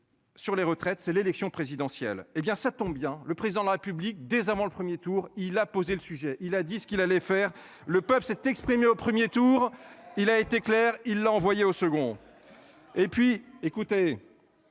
Sur les retraites, c'est l'élection présidentielle, hé bien ça tombe bien, le président de la République dès avant le 1er tour, il a posé le sujet, il a dit ce qu'il allait faire le peuvent s'est exprimé au 1er tour, il a été clair, il l'a envoyé au second. Et puis, écoutez.